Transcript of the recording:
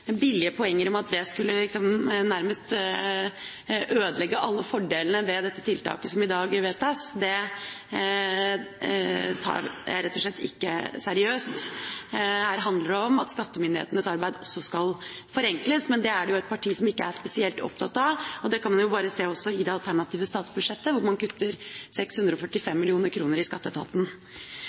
Billige poenger om at det nærmest skulle ødelegge alle fordelene ved dette tiltaket som i dag vedtas, er rett og slett ikke seriøse. Her handler det om at skattemyndighetenes arbeid også skal forenkles, men det er det jo ett parti som ikke er spesielt opptatt av. Det kan man jo også se i partiets alternative statsbudsjett, hvor man kutter 645 mill. kr i Skatteetaten.